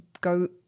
go